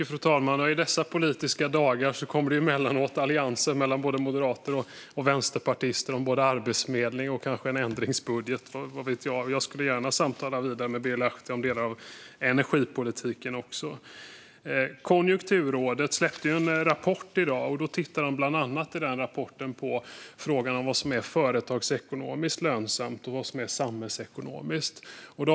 Fru talman! I dessa politiska dagar kommer det emellanåt allianser mellan moderater och vänsterpartister, och de kan gälla både Arbetsförmedlingen och kanske en ändringsbudget - vad vet jag? Jag skulle gärna samtala vidare med Birger Lahti om delar av energipolitiken. Konjunkturrådet släppte en rapport i dag. I den rapporten har man tittat bland annat på frågan vad som är företagsekonomiskt och samhällsekonomiskt lönsamt.